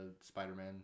Spider-Man